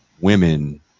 women